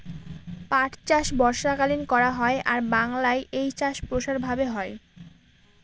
পাট চাষ বর্ষাকালীন করা হয় আর বাংলায় এই চাষ প্রসার ভাবে হয়